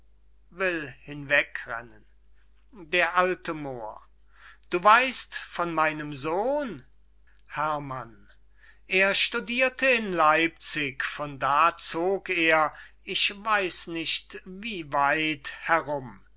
d a moor du weist von meinem sohn herrmann er studierte in leipzig von da zog er ich weiß nicht wie weit herum